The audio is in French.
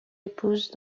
épouse